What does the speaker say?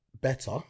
better